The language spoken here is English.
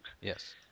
Yes